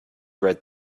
read